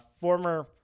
former